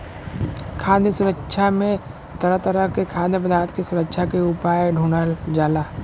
खाद्य सुरक्षा में तरह तरह के खाद्य पदार्थ के सुरक्षा के उपाय ढूढ़ल जाला